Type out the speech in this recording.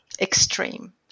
extreme